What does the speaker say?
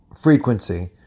frequency